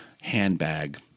handbag